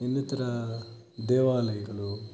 ಇನ್ನಿತರ ದೇವಾಲಯಗಳು